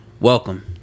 welcome